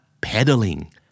Pedaling